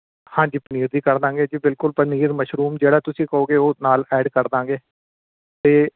ਹਾਂਜੀ ਪਨੀਰ ਵੀ ਕਰ ਦਿਆਂਗੇ ਜੀ ਬਿਲਕੁਲ ਪਨੀਰ ਮਸ਼ਰੂਮ ਜਿਹੜਾ ਤੁਸੀਂ ਕਹੋਂਗੇ ਉਹ ਨਾਲ ਐਡ ਕਰ ਦਿਆਂਗੇ ਅਤੇ